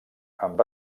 amb